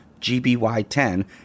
GBY10